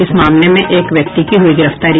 इस मामले में एक व्यक्ति की हुई गिरफ्तारी